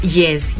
yes